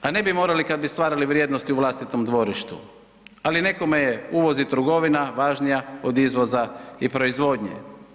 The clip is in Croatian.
A ne bi morali kada bi stvarali vrijednosti u vlastitom dvorištu, ali nekome je uvoz i trgovina važnija od izvoza i proizvodnje.